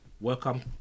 Welcome